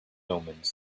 omens